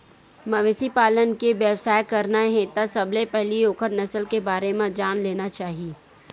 मवेशी पालन के बेवसाय करना हे त सबले पहिली ओखर नसल के बारे म जान लेना चाही